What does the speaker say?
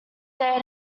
they